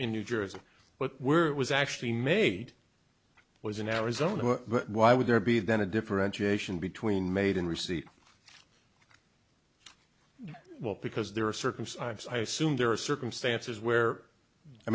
in new jersey but were was actually made was in arizona but why would there be then a differentiation between made in receipt well because there are circumstances i assume there are circumstances where i